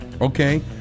okay